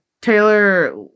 taylor